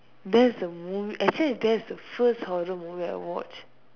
that's the movie actually that's the first horror movie I watch